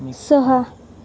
सहा